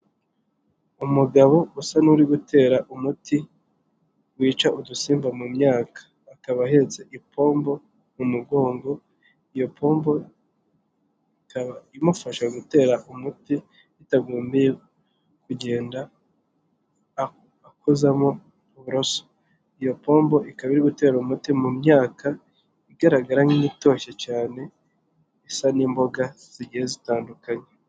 Umugabo usa n'uri gutera umuti wica udusimba mu myaka, akaba ahetse ipombo mu mugongo, iyo pombo ikaba imufasha gutera umuti bitagombeye kugenda akozamo uburoso, iyo pombo ikaba iri gutera umuti mu myaka, igaragara nk'itoshye cyane, isa n'imboga zigiye zitandukanye.